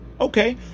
okay